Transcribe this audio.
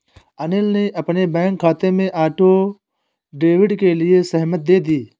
अनिल ने अपने बैंक खाते में ऑटो डेबिट के लिए सहमति दे दी